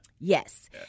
Yes